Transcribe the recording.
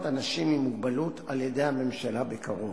אנשים עם מוגבלות על-ידי הממשלה בקרוב.